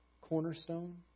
cornerstone